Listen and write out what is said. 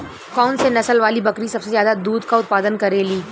कौन से नसल वाली बकरी सबसे ज्यादा दूध क उतपादन करेली?